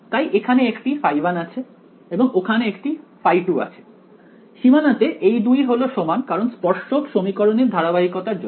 তাই এখানে একটি ϕ1 আছে এবং ওখানে একটি ϕ2 আছে সীমানাতে এই দুই হলো সমান কারণ স্পর্শক সমীকরণের ধারাবাহিকতার জন্য